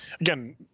again